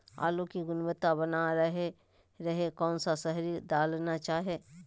आलू की गुनबता बना रहे रहे कौन सा शहरी दलना चाये?